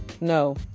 No